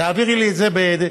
תעבירי לי את זה בדף,